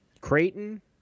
Creighton